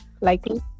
Likely